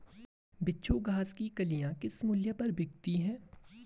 बिच्छू घास की कलियां किस मूल्य पर बिकती हैं?